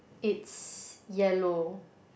it's yellow